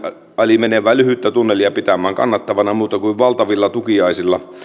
ali menevää lyhyttä tunnelia pitämään kannattavana muuta kuin valtavilla tukiaisilla